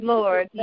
Lord